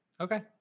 Okay